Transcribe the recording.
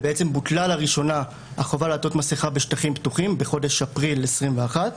ובוטלה לראשונה החובה לעטות מסכה בשטחים פתוחים בחודש אפריל 2021,